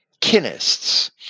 kinists